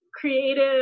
creative